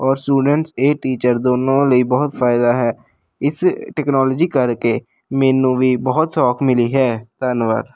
ਔਰ ਸਟੂਡੈਂਟਸ ਇਹ ਟੀਚਰ ਦੋਨਾਂ ਲਈ ਬਹੁਤ ਫਾਇਦਾ ਹੈ ਇਸ ਟੈਕਨੋਲੋਜੀ ਕਰਕੇ ਮੈਨੂੰ ਵੀ ਬਹੁਤ ਸੌਖ ਮਿਲੀ ਹੈ ਧੰਨਵਾਦ